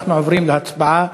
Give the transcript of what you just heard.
אנחנו עוברים להצבעה.